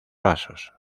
vasos